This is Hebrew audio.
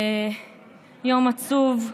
יום עצוב.